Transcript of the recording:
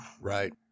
Right